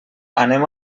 anem